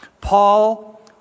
Paul